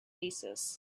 thesis